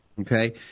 okay